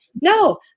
no